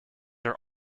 are